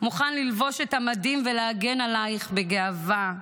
מוכן ללבוש את המדים ולהגן עלייך בגאווה.